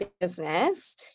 business